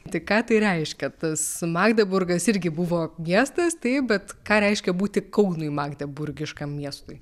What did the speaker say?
tai ką tai reiškia tas magdeburgas irgi buvo miestas taip bet ką reiškia būti kaunui magdeburgiškam miestui